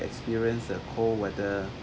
experience a cold weather